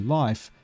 life